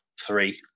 three